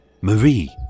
Marie